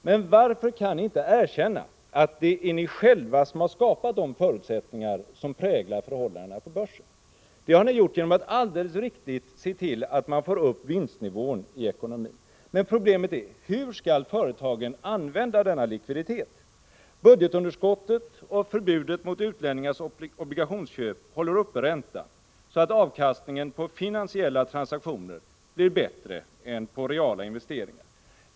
Men varför kan ni inte erkänna att det är ni själva som har skapat de förutsättningar som präglar förhållandena på börsen? Det har ni gjort genom att alldeles riktigt se till att få upp vinstnivån i ekonomin. Men problemet är hur företagen skall använda denna likviditet. Budgetunderskottet och förbudet mot utlänningars obligationsköp håller uppe räntan så att avkastningen på finansiella transaktioner blir bättre än på reala investeringar.